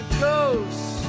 ghosts